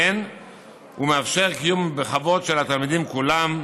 "המאפשר קיום בכבוד של התלמידים כולם,